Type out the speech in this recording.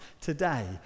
today